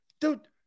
dude